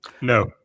No